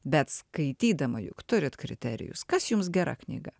bet skaitydama juk turite kriterijus kas jums gera knyga